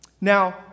Now